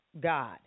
God